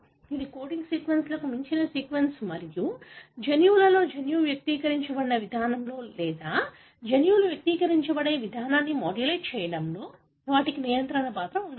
ఇవి కోడింగ్ సీక్వెన్స్లకు మించిన సీక్వెన్స్ మరియు జన్యువులలో జన్యువు వ్యక్తీకరించబడిన విధానంలో లేదా జన్యువులు వ్యక్తీకరించబడిన విధానాన్ని మాడ్యులేట్ చేయడంలో వాటికి నియంత్రణ పాత్ర ఉండవచ్చు